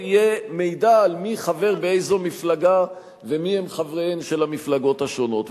יהיה מידע מי חבר באיזו מפלגה ומיהם חבריהן של המפלגות השונות.